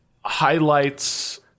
highlights